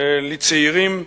לצעירים,